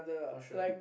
for sure